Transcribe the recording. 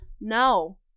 No